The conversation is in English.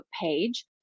page